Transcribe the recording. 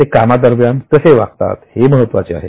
ते कामा दरम्यान कसे वागतात हे महत्त्वाचे आहे